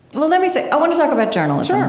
well, let me say i want to talk about journalism